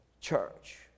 church